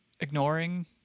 ignoring